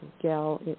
gal